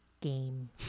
Game